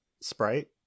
Sprite